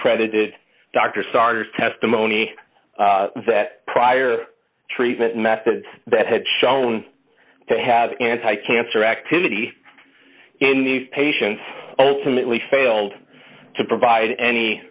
credited dr sars testimony that prior treatment methods that had shown to have anti cancer activity in these patients ultimately failed to provide any